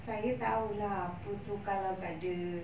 saya tahu lah apa itu kalau tak ada